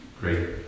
great